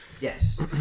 Yes